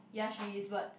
ya she is but